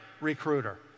recruiter